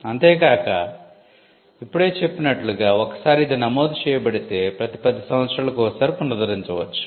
అంతే కాక ఇప్పుడే చెప్పినట్లుగా ఒక్క సారి ఇది నమోదు చేయబడితే ప్రతి 10 సంవత్సరాలకు ఒకసారి పునరుద్ధరించవచ్చు